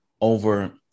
over